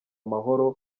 amahoro